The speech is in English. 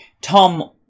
Tom